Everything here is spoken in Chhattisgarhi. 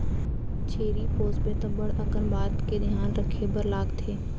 छेरी पोसबे त बड़ अकन बात के धियान रखे बर लागथे